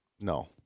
no